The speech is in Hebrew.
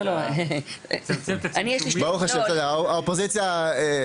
אלא לתת עוד שנה כהוראת שעה,